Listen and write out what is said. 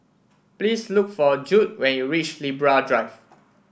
please look for Judd when you reach Libra Drive